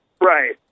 Right